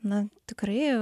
na tikrai